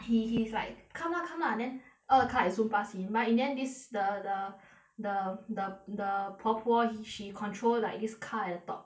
he he's like come lah come lah then a car zoom pass him but in the end this the the the the the 婆婆 he she control like this car at the top